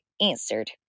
answered